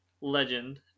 legend